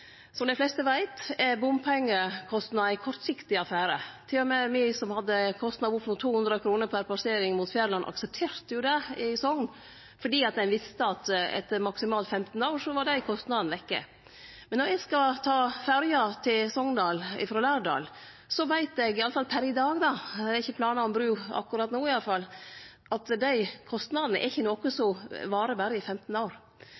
Som dei fleste veit, er bompengekostnader ein kortsiktig affære. Til og med me som hadde kostnader på opp mot 200 kr per passering mot Fjærland i Sogn, aksepterte det, fordi ein visste at etter maksimalt 15 år var dei kostnadene vekk. Men når eg skal ta ferja til Sogndal frå Lærdal, veit eg iallfall per i dag – det er ikkje planar om bru akkurat no, iallfall – at dei kostnadene ikkje er noko som varer berre i 15 år.